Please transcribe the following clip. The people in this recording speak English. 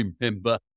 remember